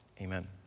Amen